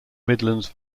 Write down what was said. midlands